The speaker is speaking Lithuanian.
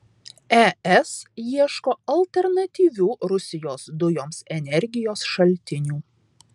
es ieško alternatyvių rusijos dujoms energijos šaltinių